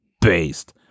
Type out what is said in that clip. based